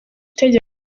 itegeko